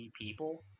people